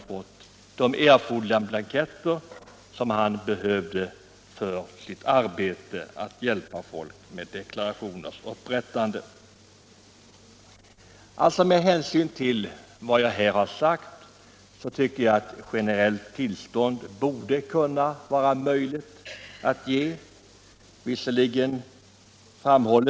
Visserligen framhålls det i svaret — och det tar jag fasta på som positivt — att riksskatteverket i ett brev till lokala skattemyndigheter och skattechefer påpekat att man vid anståndsgivningen skall beakta att speciellt bokförings och revisionsbyråernas arbete kan bli förskjutet vid 1977 års taxering. Men något generellt anstånd är inte statsrådet Mundebo villig att medge.